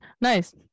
Nice